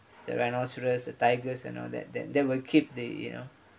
the rhinoceros the tigers and all that that that will keep they you know